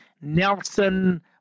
Nelson